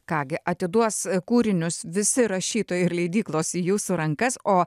ką gi atiduos kūrinius visi rašytojai ir leidyklos į jūsų rankas o